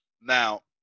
Now